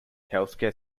healthcare